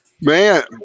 man